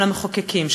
של המחוקקים,